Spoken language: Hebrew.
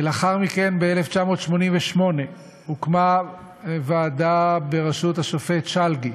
ולאחר מכן ב-1988 הוקמה ועדה בראשות השופט שלגי,